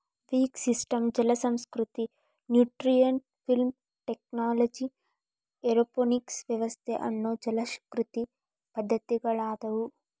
wick system ಜಲಸಂಸ್ಕೃತಿ, nutrient film technology, aeroponic ವ್ಯವಸ್ಥೆ ಅನ್ನೋ ಜಲಕೃಷಿ ಪದ್ದತಿಗಳದಾವು